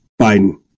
Biden